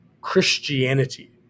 Christianity